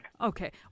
Okay